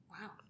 Wow